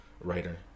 writer